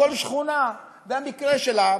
כל שכונה והמקרה שלה,